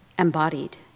embodied